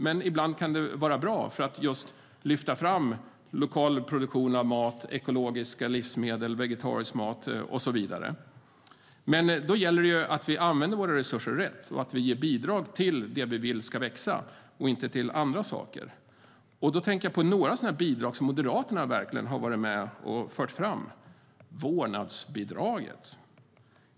Men ibland kan de vara bra för att lyfta fram lokal produktion av mat, ekologiska livsmedel, vegetarisk mat och så vidare. Då gäller det att vi använder våra resurser rätt och ger bidrag till det vi vill ska växa och inte till andra saker. Jag tänker på bidrag som Moderaterna verkligen har varit med och fört fram, till exempel vårdnadsbidraget.